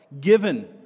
given